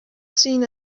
seen